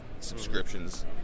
subscriptions